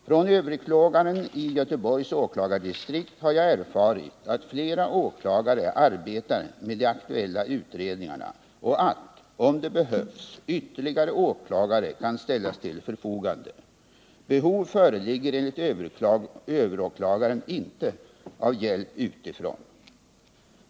Från överåklagaren i Göteborgs åklagardistrikt har jag erfarit att flera åklagare arbetar med de aktuella utredningarna och att, om det behövs, ytterligare åklagare kan ställas till förfogande. Behov föreligger enigt överåklagaren inte av hjälp utifrån.